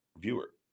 viewer